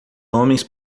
homens